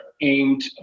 aimed